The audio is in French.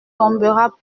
tombera